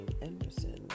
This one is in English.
Anderson